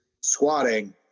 squatting